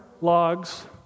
logs